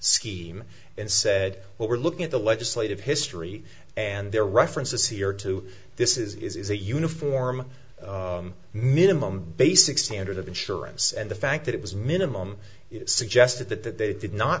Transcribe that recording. scheme and said well we're looking at the legislative history and there are references here to this is a uniform minimum basic standard of insurance and the fact that it was minimum suggested that that they did not